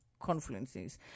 confluences